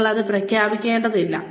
നിങ്ങൾ അത് പ്രഖ്യാപിക്കേണ്ടതില്ല